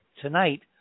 tonight